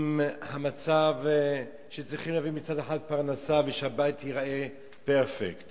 עם המצב שצריך להביא מצד אחד פרנסה ושהבית ייראה פרפקט